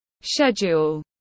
Schedule